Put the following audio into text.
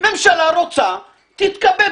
הממשלה רוצה תתכבד.